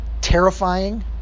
terrifying